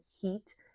heat